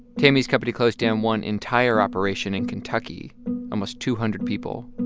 tammy's company closed down one entire operation in kentucky almost two hundred people.